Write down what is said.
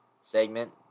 segment